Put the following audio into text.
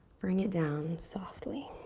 bring it down softly.